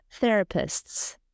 therapists